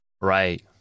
right